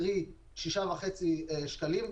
קרי 6.50 שקלים.